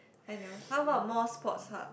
I know how about more Sports Hub